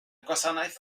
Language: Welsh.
gwasanaeth